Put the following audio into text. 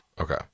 Okay